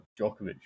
Djokovic